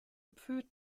approved